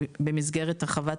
במסגרת הרחבת